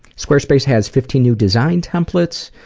square space has fifty new design templates.